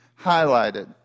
highlighted